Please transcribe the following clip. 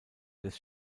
des